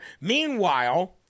Meanwhile